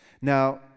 Now